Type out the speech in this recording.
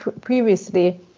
previously